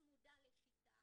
צמודה ל'שיטה'.